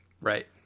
Right